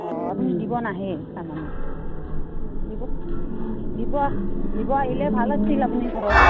অঁ আপুনি দিব নাহেই তাৰমানে দিব দিব দিব আহিলে ভাল আছিল আপুনি ঘৰত